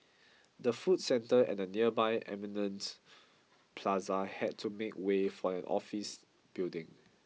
the food centre and the nearby Eminent Plaza had to make way for an office building